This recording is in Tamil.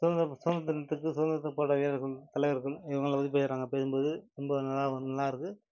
சுதந்திர சுதந்திர தினத்துக்கு சுதந்திர தின போராட்ட வீரர்கள் தலைவர்கள் இவங்கள பற்றி பேசுறாங்க பேசும்போது ரொம்ப நல்லா நல்லா இருக்குது